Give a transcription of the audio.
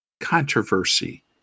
controversy